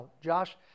Josh